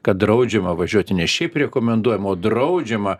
kad draudžiama važiuoti ne šiaip rekomenduojama o draudžiama